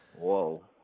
Whoa